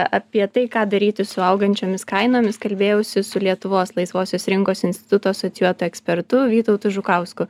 apie tai ką daryti su augančiomis kainomis kalbėjausi su lietuvos laisvosios rinkos instituto asocijuotu ekspertu vytautu žukausku